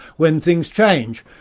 when things change.